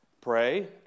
Pray